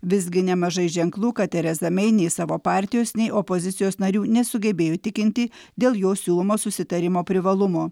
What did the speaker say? visgi nemažai ženklų kad tereza mei nei savo partijos nei opozicijos narių nesugebėjo įtikinti dėl jos siūlomo susitarimo privalumo